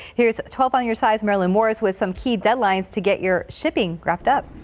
here's twelve on your side's marilyn moritz with some key deadlines to get your shipping wrapped up.